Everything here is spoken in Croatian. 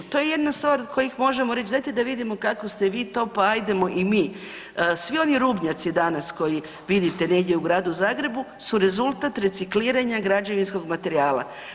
To je jedna stvar od kojih možemo reći, dajte da vidimo kako ste vi to pa ajdemo i mi, svi oni rubnjaci danas koji vidite negdje u gradu Zagrebu su rezultat recikliranja građevinskog materijala.